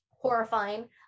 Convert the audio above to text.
Horrifying